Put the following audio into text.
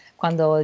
quando